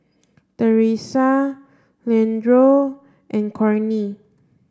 Theresa Leandro and Cornie